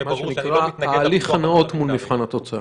שיהיה ברור שאני לא מתנגד --- ההליך הנאות מול מבחן התוצאה.